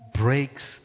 breaks